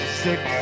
six